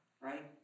right